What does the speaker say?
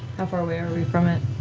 how far away are we from it?